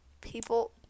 people